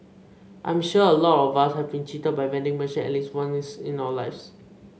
I'm sure a lot of us have been cheated by vending machine at least once in our lives